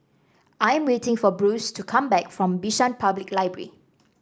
I'm waiting for Bruce to come back from Bishan Public Library